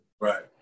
Right